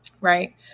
right